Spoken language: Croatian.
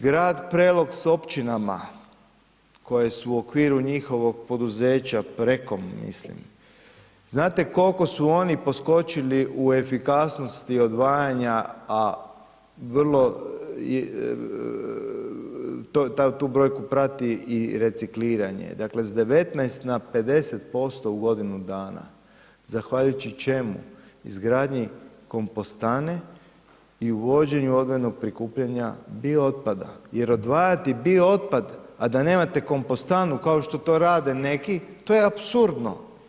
Grad Prelog s općinama koje su u okviru njihovih poduzeća Prekom, mislim, znate koliko su oni poskočili u efikasnosti odvajanja, a vrlo tu brojku prati i recikliranje, dakle s 19 na 50% u godinu dana, zahvaljujući čemu, izgradnji kompostane i u vođenju odvojenog prikupljanja biootpada, jer odvajati biootpad a da nemate kompostanu kao što to rade neki, to je apsurdno.